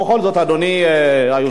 אדוני היושב-ראש,